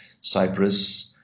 Cyprus